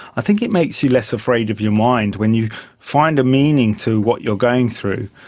i think it makes you less afraid of your mind when you find a meaning to what you're going through,